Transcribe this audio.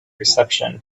reception